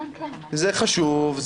זה חשוב,